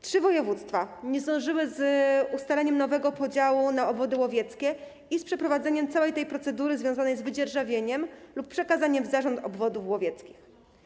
Trzy województwa nie zdążyły z ustaleniem nowego podziału na obwody łowieckie i z przeprowadzeniem całej tej procedury związanej z wydzierżawieniem lub przekazaniem w zarząd obwodów łowieckich.